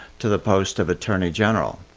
to the post of attorney general.